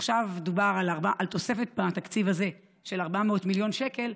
עכשיו דובר על תוספת התקציב הזה של 400 מיליון שקל.